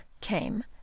came